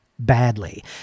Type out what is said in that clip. badly